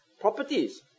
properties